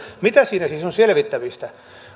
mitä siinä siis on selvittämistä